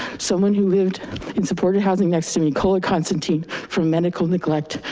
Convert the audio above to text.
someone who lived in supportive housing next to nicola constantine from medical neglect.